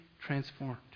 transformed